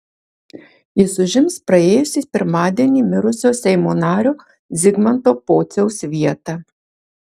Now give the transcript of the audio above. jis užims praėjusį pirmadienį mirusio seimo nario zigmanto pociaus vietą